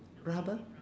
rubber